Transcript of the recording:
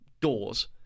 doors